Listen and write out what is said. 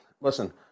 Listen